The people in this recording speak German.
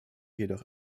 jedoch